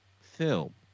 film